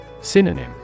Synonym